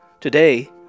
Today